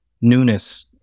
newness